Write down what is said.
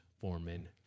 Foreman